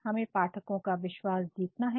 अगर हमें पाठकों का विश्वास जीतना है